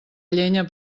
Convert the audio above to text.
llenya